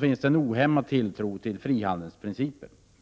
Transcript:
finns det en ohämmad tilltro till frihandelns principer.